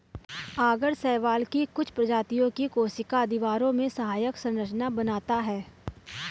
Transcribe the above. आगर शैवाल की कुछ प्रजातियों की कोशिका दीवारों में सहायक संरचना बनाता है